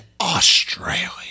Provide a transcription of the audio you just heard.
Australia